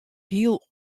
hiel